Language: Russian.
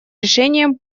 решением